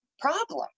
problem